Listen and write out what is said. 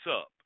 up